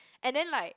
and then like